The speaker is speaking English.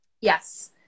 Yes